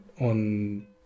on